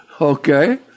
Okay